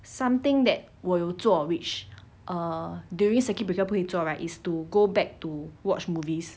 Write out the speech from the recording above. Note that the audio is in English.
something that 我有做 which err during circuit breaker 不会做 right is to go back to watch movies